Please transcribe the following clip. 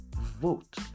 vote